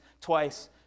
twice